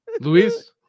Luis